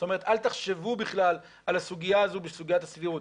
זאת אומרת אל תחשבו בכלל על הסוגיה הזו בסוגיית הסבירות.